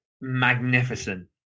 magnificent